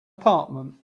apartment